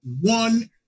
one